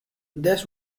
that’s